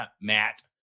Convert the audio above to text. Matt